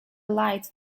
light